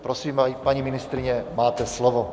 Prosím, paní ministryně, máte slovo.